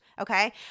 Okay